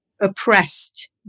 oppressed